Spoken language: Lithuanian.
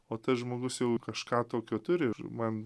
o tas žmogus jau kažką tokio turi ir man